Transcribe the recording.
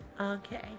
Okay